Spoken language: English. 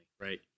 right